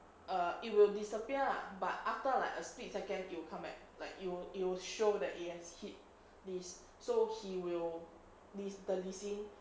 err it will disappear lah but after like a split second it'll come back like it'll it'll show that it has hit this so he will the lee sin